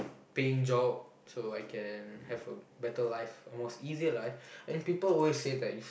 paying job so I can have a better life or most easier life and people always say that is